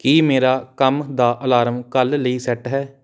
ਕੀ ਮੇਰਾ ਕੰਮ ਦਾ ਅਲਾਰਮ ਕੱਲ੍ਹ ਲਈ ਸੈੱਟ ਹੈ